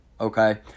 Okay